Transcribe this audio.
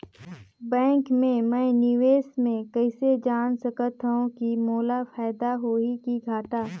Bank मे मैं निवेश मे कइसे जान सकथव कि मोला फायदा होही कि घाटा?